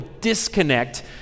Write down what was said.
disconnect